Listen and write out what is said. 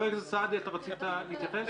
חבר הכנסת סעדי, אתה רצית להתייחס?